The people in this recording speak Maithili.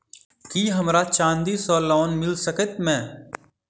की हमरा चांदी सअ लोन मिल सकैत मे?